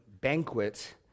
banquet